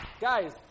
Guys